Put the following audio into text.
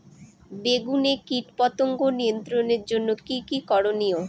বেগুনে কীটপতঙ্গ নিয়ন্ত্রণের জন্য কি কী করনীয়?